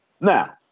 Now